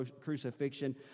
crucifixion